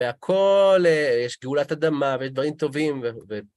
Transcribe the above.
והכול, יש גאולת אדמה, ויש דברים טובים, ו... ו...